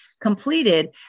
completed